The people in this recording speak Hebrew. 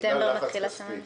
אנשים טובים.